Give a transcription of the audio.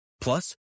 Plus